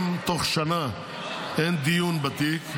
אם תוך שנה אין דיון בתיק,